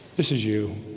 this is you